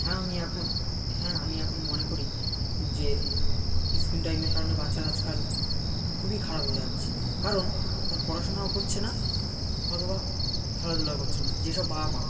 হ্যাঁ আমি এখন হ্যাঁ আমি এখন মনে করি যে স্ক্রিন টাইমের কারণে বাচ্চারা আজকাল খুবই খারাপ হয়ে যাচ্ছে কারণ তারা পড়াশোনাও করছে না অথবা খেলাধুলাও করছে না যেসব বাবা মা